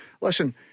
listen